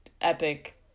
epic